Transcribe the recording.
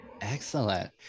Excellent